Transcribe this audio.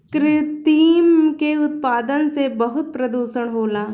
कृत्रिम के उत्पादन से बहुत प्रदुषण होला